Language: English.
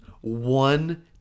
one